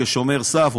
כשומר סף,